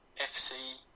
FC